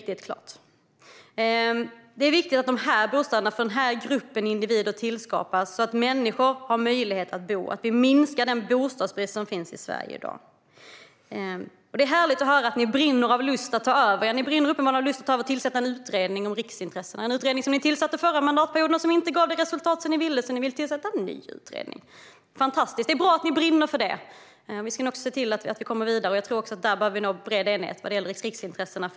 Det är viktigt att det tillskapas bostäder för denna grupp av individer, så att människor har möjlighet att bo och vi minskar den bostadsbrist som finns i Sverige i dag. Det är härligt att höra att ni brinner av lust att ta över. Ni brinner uppenbarligen av lust att tillsätta en utredning om riksintressena - en sådan utredning som ni tillsatte förra mandatperioden. Den gav inte det resultat ni ville, så nu vill ni tillsätta en ny. Fantastiskt! Det är bra att ni brinner för detta. Vi ska nog också se till att vi kommer vidare, och jag tror att vi där behöver bred enighet vad gäller riksintressena.